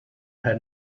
her